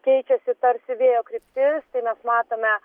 keičiasi tarsi vėjo kryptis tai mes matome